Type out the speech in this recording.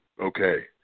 okay